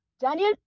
Daniel